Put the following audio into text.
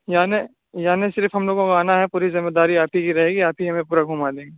یعنی یعنی صرف ہم لوگوں کو آنا ہے پوری ذمے داری آپ کی ہی کی رہے گی آپ ہی ہمیں پورا گھما دیں گے